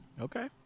Okay